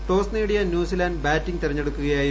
toss നേടിയ New Zealand batting തിരഞ്ഞെടുക്കുകയായിരുന്നു